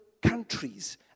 countries